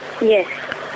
Yes